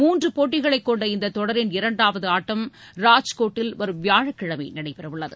மூன்று போட்டிகளைக் கொண்ட இந்த தொடரின் இரண்டாவது ஆட்டம் ராஜ்கோட்டில் வரும் வியாழக்கிழமை நடைபெறவுள்ளது